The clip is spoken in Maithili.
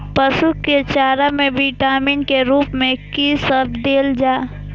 पशु के चारा में विटामिन के रूप में कि सब देल जा?